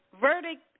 verdict